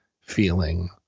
feeling